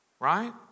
Right